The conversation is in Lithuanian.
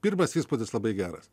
pirmas įspūdis labai geras